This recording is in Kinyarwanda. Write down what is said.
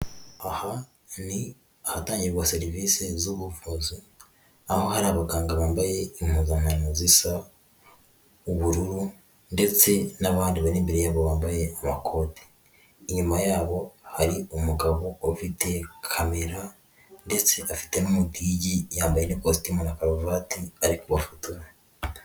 Aha ni ahatangirwa serivisi z'ubuvuzi, aho hari abaganga bambaye impuzankano zisa ubururu ndetse n'abandi bari imbere yabo bambaye amakoti, inyuma yabo hari umugabo ufite camera ndetse afite n'umudigi yambaye n'ikositimu na karuvati ari kubafotora.